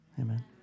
Amen